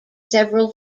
several